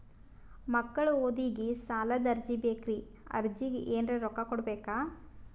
ಮಕ್ಕಳ ಓದಿಗಿ ಸಾಲದ ಅರ್ಜಿ ಬೇಕ್ರಿ ಅರ್ಜಿಗ ಎನರೆ ರೊಕ್ಕ ಕೊಡಬೇಕಾ?